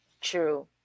True